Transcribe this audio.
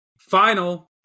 final